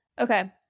okay